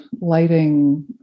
lighting